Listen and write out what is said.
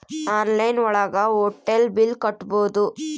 online ಒಳಗ hotel bill ಕಟ್ಬೋದು